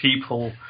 people